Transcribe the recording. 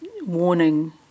warning